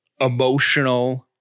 emotional